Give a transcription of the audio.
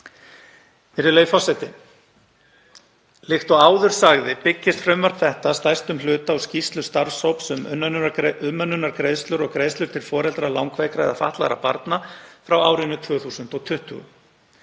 Hæstv. forseti. Líkt og áður sagði byggist frumvarp þetta að stærstum hluta af skýrslu starfshóps um umönnunargreiðslur og greiðslur til foreldra langveikra eða fatlaðra barna frá árinu 2020.